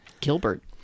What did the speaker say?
Gilbert